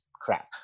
crap